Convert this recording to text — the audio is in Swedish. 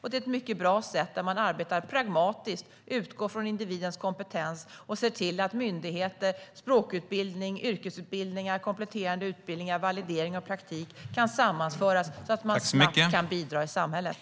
Det är ett mycket bra sätt, där man arbetar pragmatiskt, utgår från individens kompetens och ser till att myndigheter, språkutbildning, yrkesutbildningar, kompletterande utbildningar, validering och praktik kan sammanföras så att man snabbt kan bidra i samhället.